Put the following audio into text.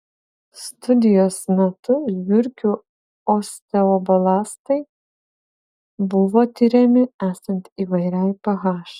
studijos metu žiurkių osteoblastai buvo tiriami esant įvairiai ph